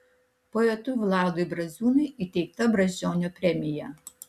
poetui vladui braziūnui įteikta brazdžionio premija